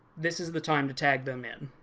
this is the time to tag them in.